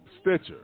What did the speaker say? Stitcher